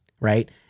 right